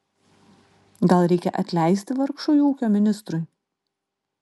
gal reikia atleisti vargšui ūkio ministrui